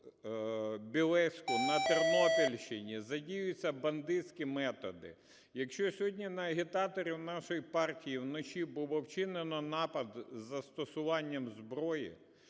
Білецьку на Тернопільщині задіюються бандитські методи, якщо сьогодні на агітаторів нашої партії вночі було вчинено напад із застосуванням зброї,